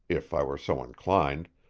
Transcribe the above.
if i were so inclined,